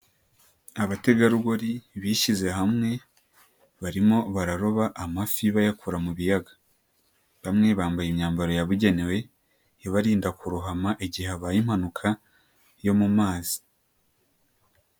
Abategarugori bishyize hamwe, barimo bararoba amafi bayakura mu biyaga, bamwe bambaye imyambaro yabugenewe, ibarinda kurohama igihe habaye impanuka yo mu mazi.